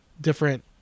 different